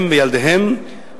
הם וילדיהם,